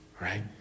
right